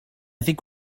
think